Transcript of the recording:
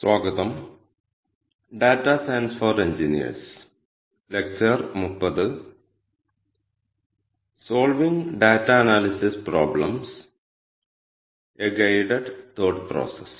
implementation of K means algorithm in R എന്ന ഈ ലെക്ച്ചറിലേക്ക് സ്വാഗതം